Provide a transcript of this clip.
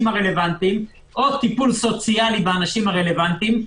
הרלוונטיים או טיפול סוציאלי באנשים הרלוונטיים,